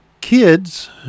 kids